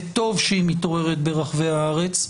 וטוב שהיא מתעוררת ברחבי הארץ,